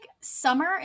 summer